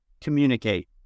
Communicate